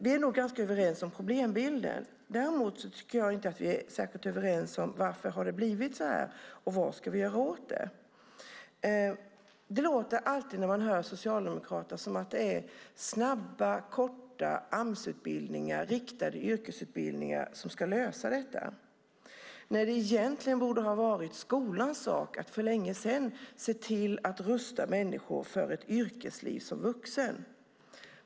Vi är nog ganska överens om problembilden. Däremot tycker jag inte att vi är särskilt överens om varför det har blivit så här och vad vi ska göra åt det. När man hör socialdemokrater låter det alltid som att det är snabba, korta Amsutbildningar, riktade yrkesutbildningar som ska lösa detta, när det egentligen borde ha varit skolans sak att för länge sedan se till att rusta människor för ett yrkesliv som vuxen.